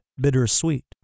bittersweet